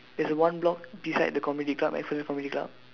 there's one block beside the comedy club breakfast comedy club